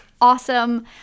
Awesome